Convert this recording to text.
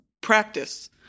practice